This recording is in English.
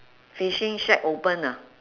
fishing shack open ah